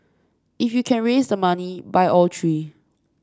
if you can raise the money buy all three